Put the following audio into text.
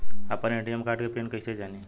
आपन ATM card के PIN कईसे जानी?